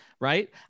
Right